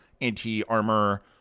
anti-armor